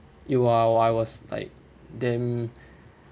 it was I was like damn